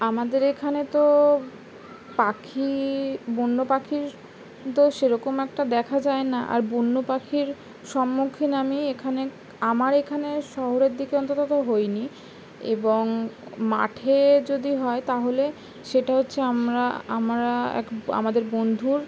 আমাদের এখানে তো পাখি বন্য পাখির তো সেরকম একটা দেখা যায় না আর বন্য পাখির সম্মুখীন আমি এখানে আমার এখানে শহরের দিকে অন্তত তো হইনি এবং মাঠে যদি হয় তাহলে সেটা হচ্ছে আমরা আমরা এক আমাদের বন্ধুর